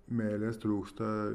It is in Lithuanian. meilės trūksta